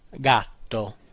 gatto